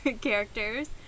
characters